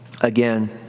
Again